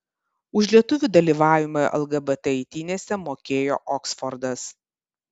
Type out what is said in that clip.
už lietuvių dalyvavimą lgbt eitynėse mokėjo oksfordas